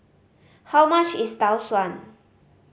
how much is Tau Suan